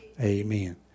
amen